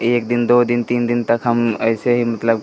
एक दिन दो दिन तीन दिन तक हम ऐसे ही मतलब